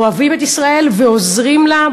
אוהבים את ישראל ועוזרים לה,